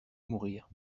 mourir